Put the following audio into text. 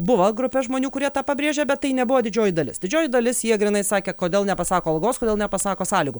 buvo grupė žmonių kurie tą pabrėžia bet tai nebuvo didžioji dalis didžioji dalis jie grynai sakė kodėl nepasako algos kodėl nepasako sąlygų